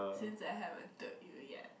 since I haven't told you yet